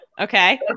okay